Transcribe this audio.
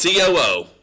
COO